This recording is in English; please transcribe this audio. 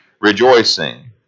rejoicing